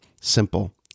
simple